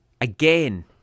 again